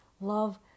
Love